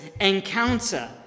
encounter